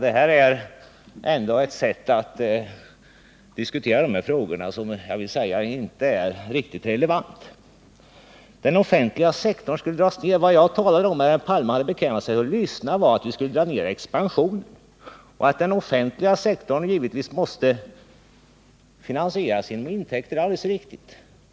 Det här är ett sätt att diskutera de här frågorna som inte är riktigt relevant. Om herr Palme hade bekvämat sig att lyssna hade han upptäckt att vad jag talade om inte var att den offentliga sektorn skulle skäras ned utan att vi skulle dra ned expansionen av den offentliga sektorn. Den offentliga sektorn måste givetvis finansieras genom intäkter — det är alldeles riktigt.